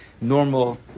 normal